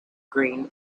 green